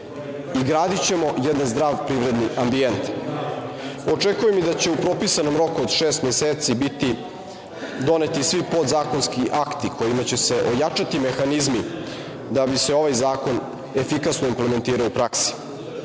i gradićemo jedan zdrav privredni ambijent. Očekujem i da će u propisanom roku od šest meseci biti doneti svi podzakonski akti kojima će se ojačati mehanizmi da bi se ovaj zakon efikasno implementirao u praksi. Nema